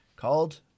Called